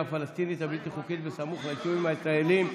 הפלסטינית הבלתי-חוקית בסמוך ליישובים ישראלים.